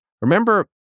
Remember